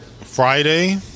Friday